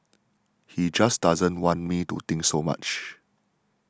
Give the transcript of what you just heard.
he just doesn't want me to think so much